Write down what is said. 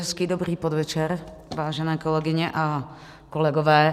Hezký dobrý podvečer, vážené kolegyně a kolegové.